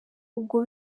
ubwo